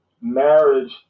marriage